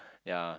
ya